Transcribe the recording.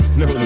no